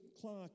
clock